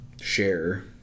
share